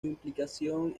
implicación